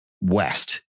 West